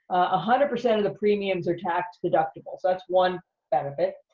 ah hundred percent of the premiums are tax deductible, so that's one benefit.